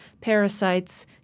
parasites